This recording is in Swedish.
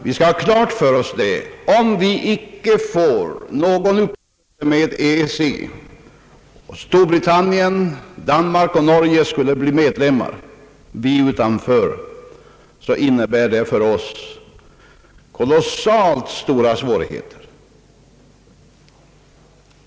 Vi skall ha klart för oss, att om vi icke får någon uppgörelse med EEC, samtidigt som Storbritannien, Danmark och Norge skulle bli medlemmar, så innebär det för oss kolossalt stora svårigheter.